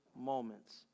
moments